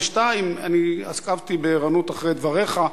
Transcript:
שתיים, עקבתי בערנות אחרי דבריך.